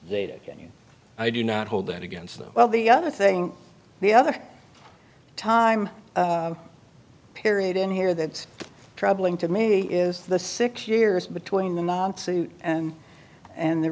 data can you i do not hold that against them well the other thing the other time period in here that's troubling to me is the six years between the monsoon and and the